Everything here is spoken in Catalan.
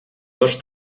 dos